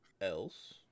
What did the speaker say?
else